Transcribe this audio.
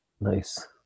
Nice